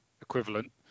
equivalent